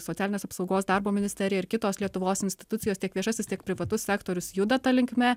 socialinės apsaugos darbo ministerija ir kitos lietuvos institucijos tiek viešasis tiek privatus sektorius juda ta linkme